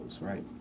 right